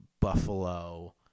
buffalo